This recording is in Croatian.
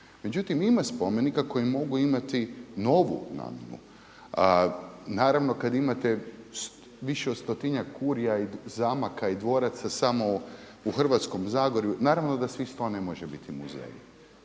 Međutim, ima spomenika koji mogu imati novu namjenu. Naravno kada imate više od stotinjak kurija i zamaka i dvoraca samo u Hrvatskome Zagorju naravno da svih 100 ne može biti muzej,